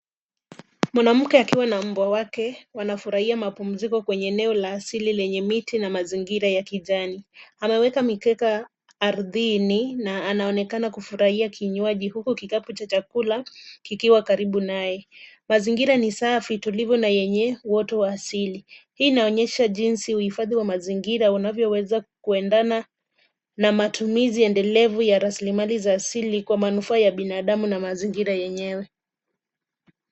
Mwanamke akiwa na mbwa wake wanafurahia mapumziko kwenye eneo la asili lenye miti na mazingira ya kijani. Ameweka mikeka ardhini na anaonekana kufurahia kinywaji huku kikapu cha chakula kikiwa karibu naye. Mazingira ni safi, tulivu na yenye uoto wa asili. Hii inaonyesha jinsi uhifadhi wa mazingira unavyoweza kuendana na matumizi endelevu ya rasilimali za asili kwa manufaa ya binadamu na mazingira yenyewe.